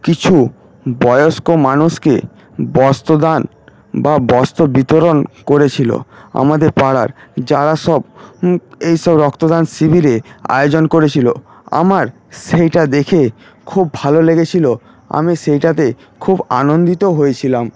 কিছু বয়স্ক মানুষকে বস্ত্র দান বা বস্ত্র বিতরণ করেছিল আমাদের পাড়ার যারা সব এইসব রক্তদান শিবিরের আয়োজন করেছিল আমার সেইটা দেখে খুব ভালো লেগেছিল আমি সেইটাতে খুব আনন্দিতও হয়েছিলাম